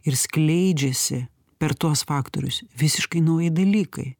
ir skleidžiasi per tuos faktorius visiškai nauji dalykai